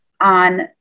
on